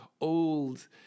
old